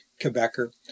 Quebecer